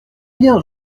bien